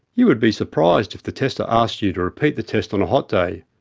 you would be surprised if the tester asked you to repeat the test on a hot day,